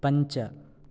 पञ्च